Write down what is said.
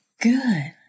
good